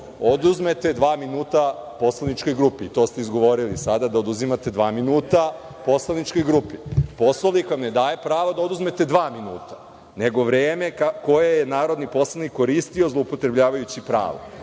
oduzmete dva minuta poslaničkoj grupi i to ste izgovorili sada, da oduzimate dva minuta poslaničkoj grupi. Poslovnik vam ne daje pravo da oduzmete dva minuta, nego vreme koje je narodni poslanik koristio zloupotrebljavajući pravo.